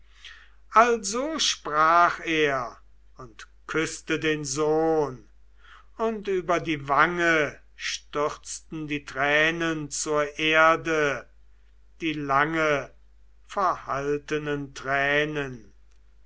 also sprach er und küßte den sohn und über die wange stürzten die tränen zur erde die lange verhaltenen tränen